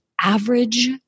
average